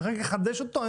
רק לחדש אותו,